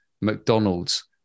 McDonald's